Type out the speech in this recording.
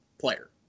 player